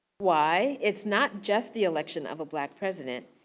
why? it's not just the election of a black president.